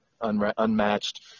unmatched